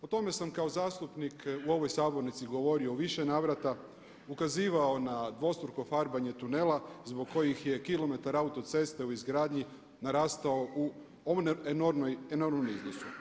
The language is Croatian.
O tome sam kao zastupnik u ovoj sabornici govorio u više navrata, ukazivao na dvostruko farbanje tunela zbog kojih je kilometar autoceste u izgradnji narastao u enormnom iznosu.